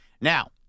Now